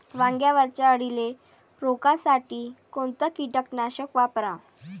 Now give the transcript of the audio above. वांग्यावरच्या अळीले रोकासाठी कोनतं कीटकनाशक वापराव?